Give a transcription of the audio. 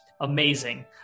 amazing